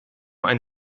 ein